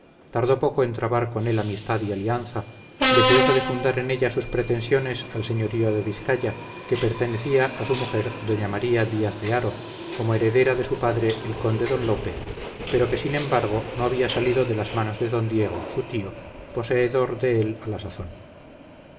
tardó poco en trabar con él amistad y alianza deseoso de fundar en ella sus pretensiones al señorío de vizcaya que pertenecía a su mujer doña maría díaz de haro como heredera de su padre el conde don lope pero que sin embargo no había salido de las manos de don diego su tío poseedor de él a la sazón